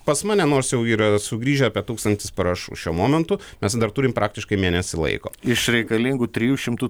pas mane nors jau yra sugrįžę apie tūkstantis parašų šiuo momentu mes dar turim praktiškai mėnesį laiko iš reikalingų trijų šimtų